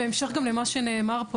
בהמשך גם למה שנאמר פה,